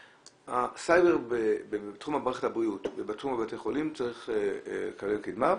הסייבר במערכת הבריאות ובתחום בתי החולים צריך להיות בקדמה.